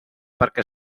perquè